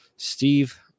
Steve